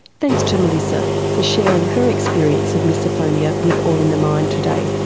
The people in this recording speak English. thanks to melissa for sharing her experience of misophonia with all in the mind today.